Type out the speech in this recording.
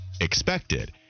expected